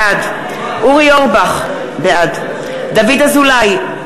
בעד אורי אורבך, בעד דוד אזולאי,